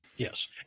Yes